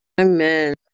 Amen